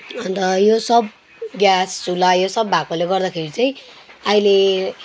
अन्त यो सब ग्यास चुल्हा यो सब भएकोले गर्दाखेरि चाहिँ अहिले